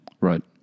Right